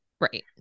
right